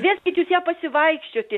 veskit jūs ją pasivaikščioti